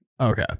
Okay